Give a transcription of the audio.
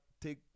take